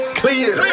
clear